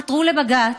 עתרו לבג"ץ,